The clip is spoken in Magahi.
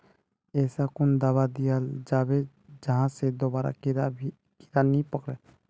ऐसा कुन दाबा दियाल जाबे जहा से दोबारा कीड़ा नी पकड़े?